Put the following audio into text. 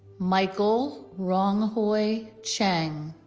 michael rong hui chiang